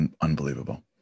unbelievable